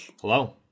Hello